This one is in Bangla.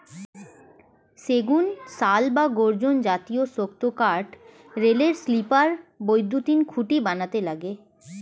সেগুন, শাল বা গর্জন জাতীয় শক্ত কাঠ রেলের স্লিপার, বৈদ্যুতিন খুঁটি বানাতে লাগে